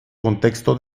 contexto